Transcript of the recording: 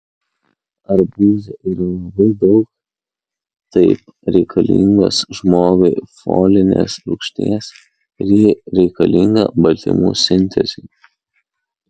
arbūze yra labai daug taip reikalingos žmogui folinės rūgšties ji reikalinga baltymų sintezei